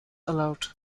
allowed